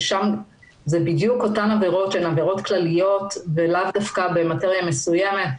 שם אלה בדיוק אותן עבירות שהן עבירות כלליות ולאו דווקא במטריה מסוימת.